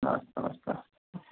अस्तु अस्तु